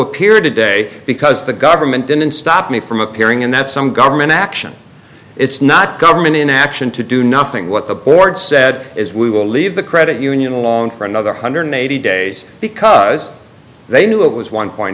appear today because the government didn't stop me from appearing and that some government action it's not government inaction to do nothing what the board said is we will leave the credit union alone for another hundred eighty days because they knew it was one point